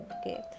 okay